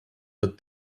but